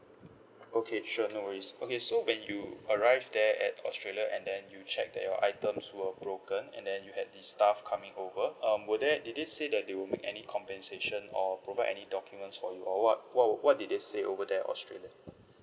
okay sure no worries okay so when you arrived there at australia and then you checked that your items were broken and then you had the staff coming over um were there did they said that they will make any compensation or provide any documents for you or what what what did they said over there australia